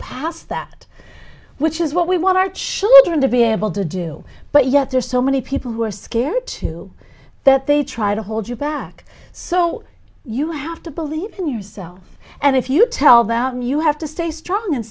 past that which is what we want our children to be able to do but yet there are so many people who are scared too that they try to hold you back so you have to believe in yourself and if you tell them you have to stay strong and